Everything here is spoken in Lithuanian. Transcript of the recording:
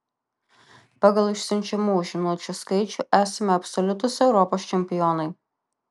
pagal išsiunčiamų žinučių skaičių esame absoliutūs europos čempionai